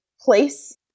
place